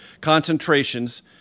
concentrations